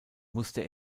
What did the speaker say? musste